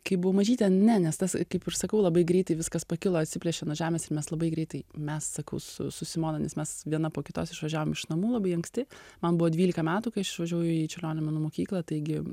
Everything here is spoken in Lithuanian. kai buvau mažytė ne nes tas kaip ir sakau labai greitai viskas pakilo atsiplėšė nuo žemės ir mes labai greitai mes su su simona nes mes viena po kitos išvažiavom iš namų labai anksti man buvo dvylika metų kai aš išvažiavau į čiurlionio menų mokyklą taigi